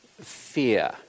fear